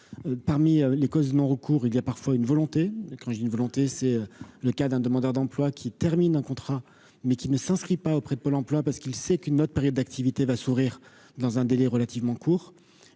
parmi les causes non recours il y a parfois une volonté quand je dis une volonté, c'est le cas d'un demandeur d'emploi qui termine un contrat mais qui ne s'inscrit pas auprès de Pôle emploi parce qu'il sait qu'une note période d'activité va sourire dans un délai relativement court,